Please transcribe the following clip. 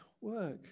work